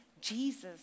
Jesus